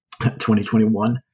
2021